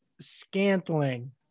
scantling